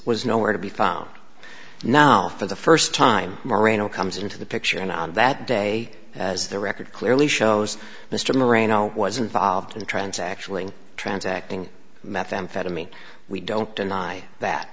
was nowhere to be found now for the first time marino comes into the picture and on that day as the record clearly shows mr marino was involved in a trance actually transacting methamphetamine we don't deny that